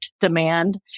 demand